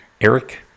eric